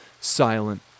Silent